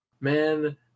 man